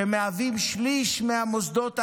שמהווים שליש מהמוסדות האקדמיים.